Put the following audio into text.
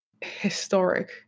historic